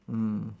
mm